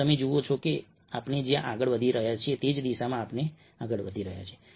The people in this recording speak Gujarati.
તો તમે જુઓ છો કે આપણે જ્યાં આગળ વધી રહ્યા છીએ તે જ દિશામાં આપણે આગળ વધી રહ્યા છીએ